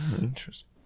interesting